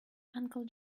uncle